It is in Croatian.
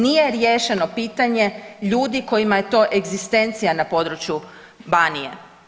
Nije riješeno pitanje ljudi kojima je to egzistencija na području Banije.